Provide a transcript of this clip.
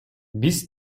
биз